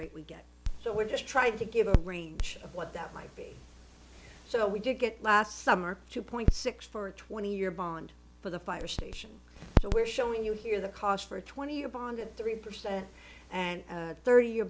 rate we get so we're just trying to give a range of what that might be so we did get last summer two point six for a twenty year bond for the fire station so we're showing you here the cost for a twenty year bond at three percent and thirty y